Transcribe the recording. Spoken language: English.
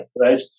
Right